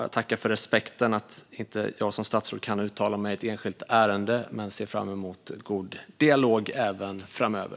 Jag tackar för respekten för att inte jag som statsråd kan uttala mig i ett enskilt ärende. Men jag ser fram emot god dialog även framöver.